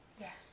Yes